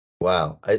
Wow